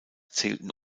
zählten